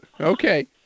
okay